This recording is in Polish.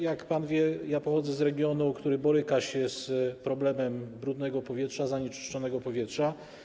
Jak pan wie, pochodzę z regionu, który boryka się z problemem brudnego powietrza, zanieczyszczonego powietrza.